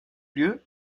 lieu